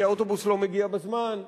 כי האוטובוס לא מגיע בזמן.